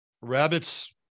Rabbits